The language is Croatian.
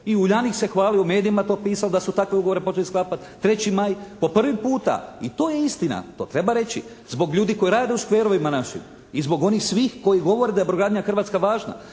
I “Uljanik“ se hvalio u medijima je to pisao da su takve ugovore počeli sklapati “3. maj“ po prvi puta i to je istina. To treba reći zbog ljudi koji rade u škverovima našim i zbog onih svih koji govore da je brodogradnja hrvatska važna,